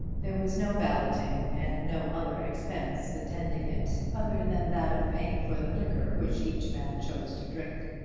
there was no balloting, and no other expense attending it other than that of paying for the liquor which each man chose to drink.